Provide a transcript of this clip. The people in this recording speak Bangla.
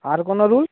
আর কোনো রুল